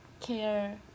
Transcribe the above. care